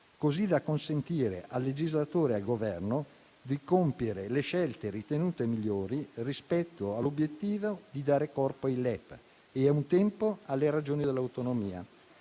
così da consentire al legislatore e al Governo di compiere le scelte ritenute migliori rispetto all'obiettivo di dare corpo ai LEP e, allo stesso tempo, alle ragioni dell'autonomia;